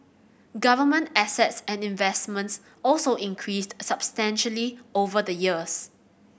government assets and investments also increased substantially over the years